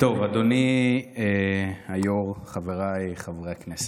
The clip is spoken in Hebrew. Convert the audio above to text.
אדוני היו"ר, חבריי חברי הכנסת,